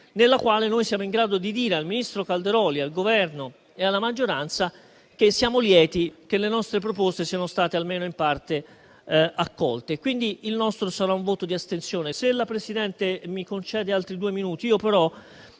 nella quale saremo in grado di dire al ministro Calderoli, al Governo e alla maggioranza che siamo lieti che le nostre proposte siano state almeno in parte accolte. Il nostro sarà quindi un voto di astensione. Ora però, se la Presidente mi concede altri due minuti, non